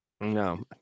no